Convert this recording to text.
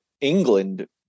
England